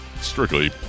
strictly